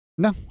No